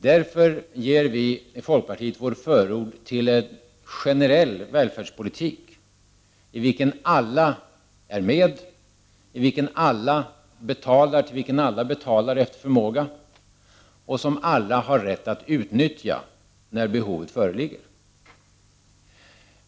Därför ger vi i folkpartiet vårt förord till en generell välfärdspolitik, i vilken alla är med, till vilken alla betalar efter förmåga och som alla har rätt att utnyttja när behov föreligger.